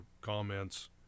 comments